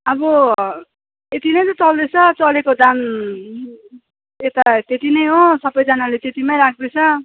अब यति नै त चल्दैछ चलेको दाम यता त्यति नै हो सबैजनाले त्यतिमै राख्दैछ